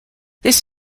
this